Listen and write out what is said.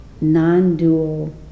non-dual